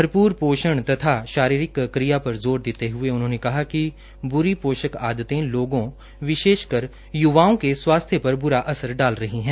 भरपूर पोषण तथा शारीरिक क्रिया पर ज़ोर देते हये उन्होंने कहा कि ब्री पोषक आदते लोगों विशेषकर य्वाओं के स्वास्थ्य पर बुरा असर डाल रहे है